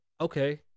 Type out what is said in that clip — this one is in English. okay